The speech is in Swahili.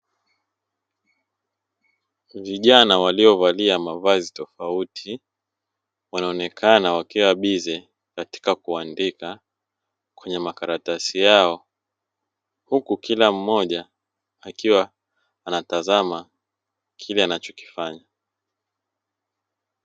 Vijana waliovalia mavazi tofauti wanaonekana wakiwa bize katika kuandika kwenye makaratasi yao, huku kila mmoja akiwa anatazama kile anachokifanya.